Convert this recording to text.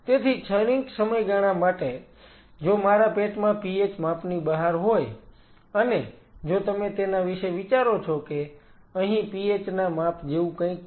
તેથી ક્ષણિક સમયગાળા માટે જો મારા પેટમાં pH માપની બહાર હોય અને જો તમે તેના વિશે વિચારો છો કે અહીં pH ના માપ જેવું કંઈક છે